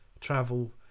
travel